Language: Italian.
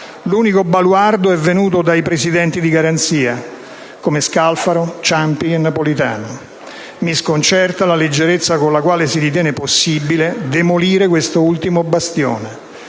L'unico baluardo è venuto dai presidenti di garanzia come Scalfaro, Ciampi e Napolitano. Mi sconcerta la leggerezza con la quale si ritiene possibile demolire questo ultimo bastione.